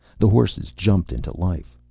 the horses jumped into life.